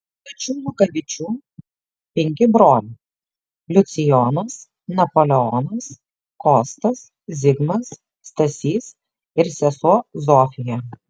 pačių lukavičių penki broliai liucijonas napoleonas kostas zigmas stasys ir sesuo zofija